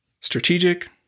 strategic